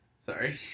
Sorry